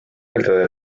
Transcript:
eeldada